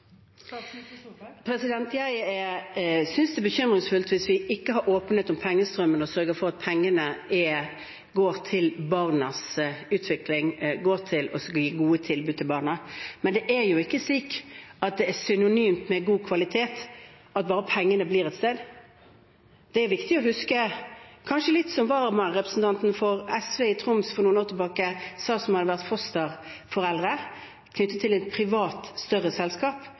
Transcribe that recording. Jeg synes det er bekymringsfullt hvis vi ikke har åpenhet om pengestrømmen og sørger for at pengene går til barnas utvikling og til å gi gode tilbud til barna. Men det er jo ikke slik at det er synonymt med god kvalitet at bare pengene blir et sted – det er viktig å huske. Det er kanskje litt som det vararepresentanten for SV i Troms for noen år tilbake sa, som hadde vært fosterforelder knyttet til et privat større selskap,